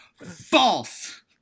False